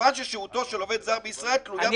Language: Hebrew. "מכיוון ששהותו של עובד זר בישראל תלויה בקיומה של עבודה".